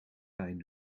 pijn